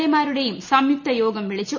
A മാരുടെയും സംയുക്ത യോഗം വിളിച്ചു